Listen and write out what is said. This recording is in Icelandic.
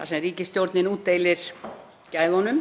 þar sem ríkisstjórnin útdeilir gæðunum.